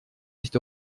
nicht